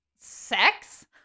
sex